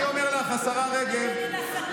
אני אומר לך, השרה רגב, כנגד הסתות וכנגד גזענות.